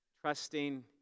trusting